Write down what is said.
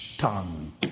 tongue